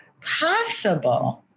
possible